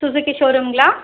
Suzuki ஷோரூம்ங்களா